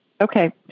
Okay